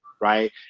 right